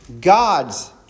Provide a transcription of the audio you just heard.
god's